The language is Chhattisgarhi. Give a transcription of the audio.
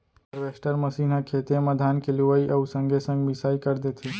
हारवेस्टर मसीन ह खेते म धान के लुवई अउ संगे संग मिंसाई कर देथे